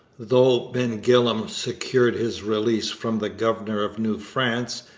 though ben gillam secured his release from the governor of new france,